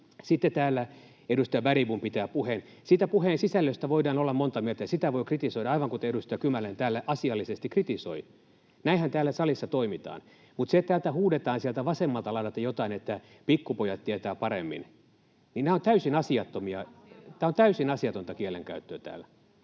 Sitten täällä edustaja Bergbom pitää puheen. Siitä puheen sisällöstä voidaan olla montaa mieltä ja sitä voi kritisoida, aivan kuten edustaja Kymäläinen täällä asiallisesti kritisoi. Näinhän täällä salissa toimitaan. Mutta se, että huudetaan sieltä vasemmalta laidalta jotain, että ”pikkupojat tietää paremmin”, [Oikealta: Asiatonta!] on täysin asiatonta kielenkäyttöä täällä.